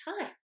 time